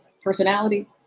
personality